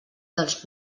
dels